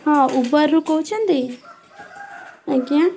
ହଁ ଉବର୍ ରୁ କହୁଛନ୍ତି ଆଜ୍ଞା